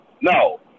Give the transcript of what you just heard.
no